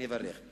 אני אברך על כך.